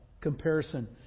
comparison